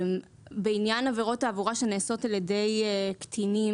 בעניין עבירות תעבורה שנעשות על ידי קטינים